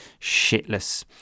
shitless